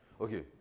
Okay